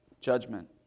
judgment